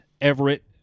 Everett